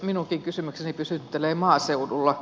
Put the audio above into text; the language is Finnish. minunkin kysymykseni pysyttelee maaseudulla